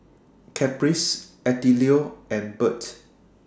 Caprice Attilio and Bert